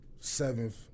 seventh